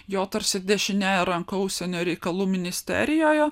jo tarsi dešiniąja ranka užsienio reikalų ministerijoje